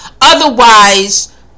Otherwise